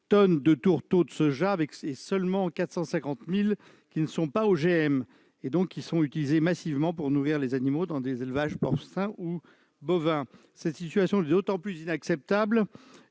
tonnes de tourteaux de soja- seuls 450 000 d'entre eux sont sans OGM -, lesquels sont utilisés massivement pour nourrir les animaux dans les élevages porcins et bovins. Cette situation est d'autant plus inacceptable